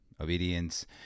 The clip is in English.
obedience